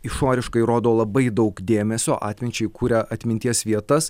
išoriškai rodo labai daug dėmesio atminčiai kuria atminties vietas